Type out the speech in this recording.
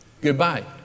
goodbye